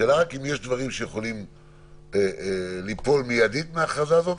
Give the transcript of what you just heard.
השאלה היא האם יש דברים שיכולים ליפול מיידית מההכרזה הזאת,